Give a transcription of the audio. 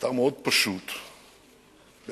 אתר מאוד פשוט בעצם,